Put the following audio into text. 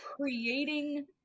creating